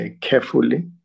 carefully